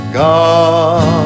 god